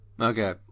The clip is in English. okay